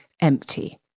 empty